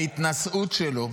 ההתנשאות שלו,